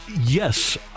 Yes